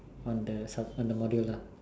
on the sub~ on the module lah